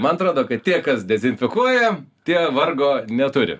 man atrodo kad tie kas dezinfekuoja tie vargo neturi